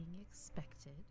expected